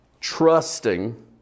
trusting